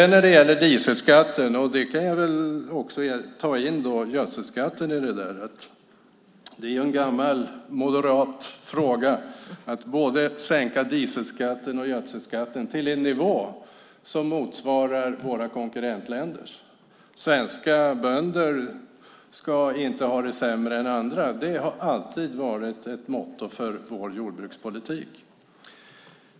När det gäller dieselskatten kan jag också ta in gödselskatten. Det är en gammal moderat fråga att sänka både dieselskatten och gödselskatten till en nivå som motsvarar våra konkurrentländers. Svenska bönder ska inte ha det sämre än andra. Det har alltid varit ett motto för vår jordbrukspolitik.